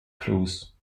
clues